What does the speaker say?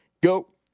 go